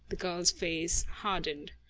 the girl's face hardened.